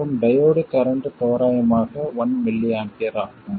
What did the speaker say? மற்றும் diode current தோராயமாக 1mA ஆகும்